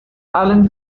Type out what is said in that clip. allan